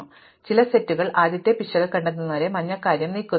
അതിനാൽ ചില സെറ്റുകളിൽ ആദ്യത്തെ പിശക് കണ്ടെത്തുന്നതുവരെ ഞാൻ മഞ്ഞ കാര്യം നീക്കുന്നു